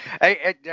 hey